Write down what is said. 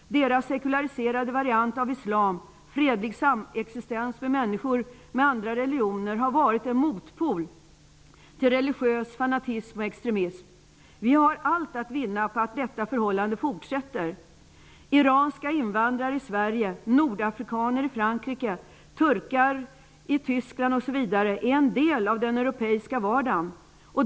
Deras sekulariserade variant av islam -- fredlig samexistens med människor med andra religioner -- har varit en motpol till religiös fanatism och extremism. Vi har allt att vinna på att detta förhållande fortsätter. Iranska invandrare i Tyskland osv. är en del av den europeiska vardagen.